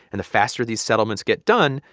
and the faster these settlements get done,